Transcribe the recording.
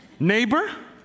Neighbor